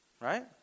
Right